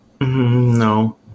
No